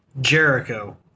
Jericho